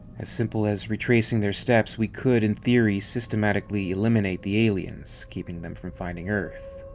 as simple as retracing their steps, we could, in theory, systematically eliminate the aliens. keeping them from finding earth.